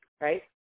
right